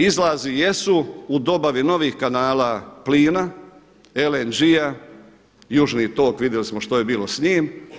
Izlazi jesu u dobavi novih kanala plina, LNG-a, južni tok vidjeli smo što je bilo s njim.